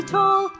Tall